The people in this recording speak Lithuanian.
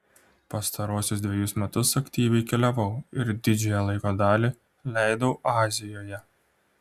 pastaruosius dvejus metus aktyviai keliavau ir didžiąją laiko dalį leidau azijoje